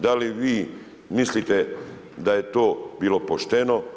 Da li vi mislite da je to bilo pošteno?